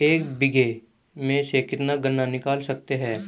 एक बीघे में से कितना गन्ना निकाल सकते हैं?